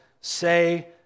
say